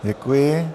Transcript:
Děkuji.